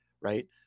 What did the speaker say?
right